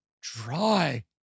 dry